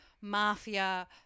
mafia